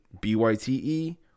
B-Y-T-E